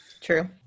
True